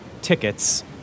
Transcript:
tickets